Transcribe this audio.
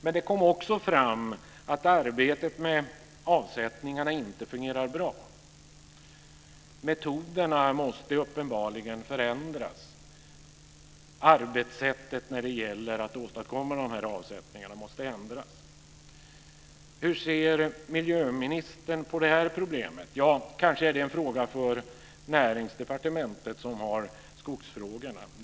Men det kom också fram att arbetet med avsättningarna inte fungerar bra. Metoderna måste uppenbarligen förändras. Arbetssättet när det gäller att åstadkomma dessa avsättningar måste ändras. Kanske är det en fråga för Näringsdepartementet, som har ansvar för skogsfrågorna.